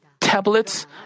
tablets